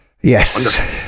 Yes